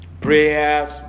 Prayers